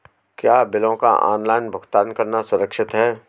क्या बिलों का ऑनलाइन भुगतान करना सुरक्षित है?